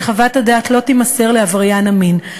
שחוות הדעת לא תימסר לעבריין המין.